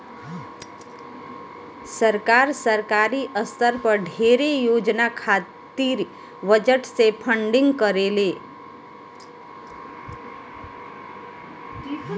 सरकार, सरकारी स्तर पर ढेरे योजना खातिर बजट से फंडिंग करेले